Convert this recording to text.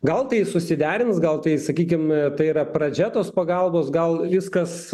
gal tai susiderins gal tai sakykim tai yra pradžia tos pagalbos gal viskas